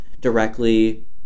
directly